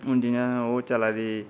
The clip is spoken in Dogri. हून जि'यां ओह् चला दी